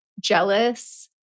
jealous